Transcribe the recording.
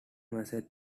message